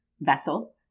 vessel